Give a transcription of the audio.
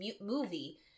movie